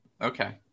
Okay